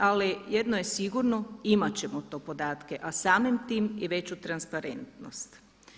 Ali jedno je sigurno, imati ćemo te podatke a samim time i veću transparentnost.